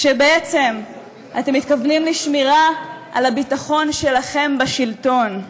כשבעצם אתם מתכוונים לשמירה על הביטחון שלכם בשלטון.